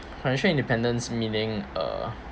financial independence meaning uh